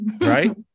right